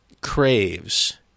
craves